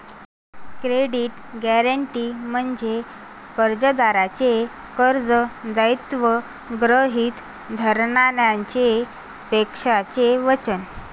credit guarantee म्हणजे कर्जदाराचे कर्ज दायित्व गृहीत धरण्याचे पक्षाचे वचन